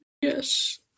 Yes